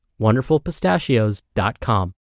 wonderfulpistachios.com